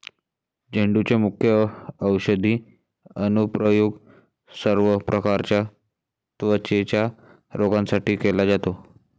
झेंडूचे मुख्य औषधी अनुप्रयोग सर्व प्रकारच्या त्वचेच्या रोगांसाठी केला जातो